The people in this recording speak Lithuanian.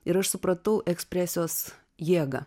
ir aš supratau ekspresijos jėgą